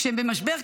כשהם במשבר,